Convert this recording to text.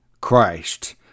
Christ